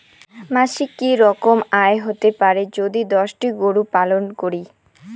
মাসিক কি রকম আয় হতে পারে যদি দশটি গরু পালন করি?